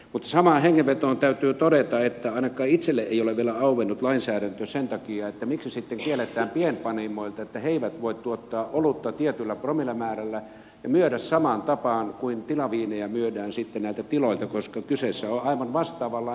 mutta samaan hengenvetoon täytyy todeta että ainakaan itselleni ei ole vielä auennut lainsäädäntö sen takia että miksi sitten kielletään pienpanimoilta että he eivät voi tuottaa olutta tietyllä promillemäärällä ja myydä samaan tapaan kuin tilaviinejä myydään sitten näiltä tiloilta koska kyseessä on aivan vastaavanlainen toiminta